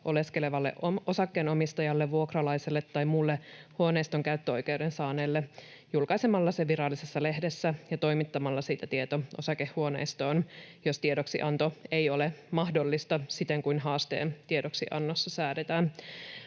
oleskelevalle osakkeenomistajalle, vuokralaiselle tai muulle huoneiston käyttöoikeuden saaneelle julkaisemalla se Virallisessa lehdessä ja toimittamalla siitä tieto osakehuoneistoon, jos tiedoksianto ei ole mahdollista siten kuin haasteen tiedoksiannossa säädetään.